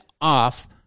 off